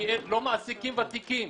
כי לא מעסיקים ותיקים.